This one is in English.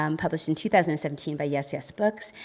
um published in two thousand and seventeen by yesyes books,